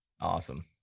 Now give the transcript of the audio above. awesome